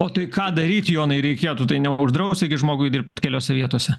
o tai ką daryt jonai reikėtų tai neuždrausi gi žmogui dirbt keliose vietose